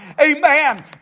Amen